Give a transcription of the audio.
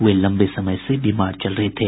वे लंबे समय से बीमार चल रहे थे